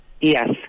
yes